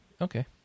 Okay